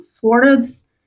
Florida's